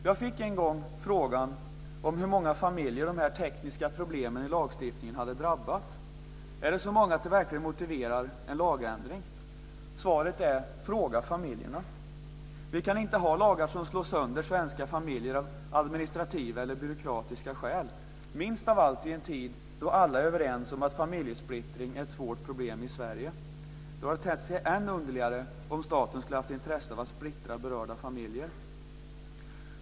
Jag fick en gång frågan hur många familjer de här tekniska problemen i lagstiftningen hade drabbat. Är det så många att det verkligen motiverar en lagändring? Svaret är: Fråga familjerna! Vi kan inte ha lagar som slår sönder svenska familjer av administrativa eller byråkratiska skäl, minst av allt i en tid då alla är överens om att familjesplittring är ett svårt problem i Sverige. Då hade det tett sig än underligare om staten haft intresse av att splittra berörda familjer.